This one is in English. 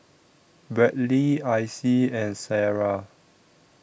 Bradly Icy and Sarrah